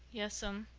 yes'm.